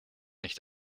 nicht